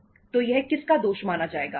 तो यह किसका दोष माना जाएगा वित्त विभाग का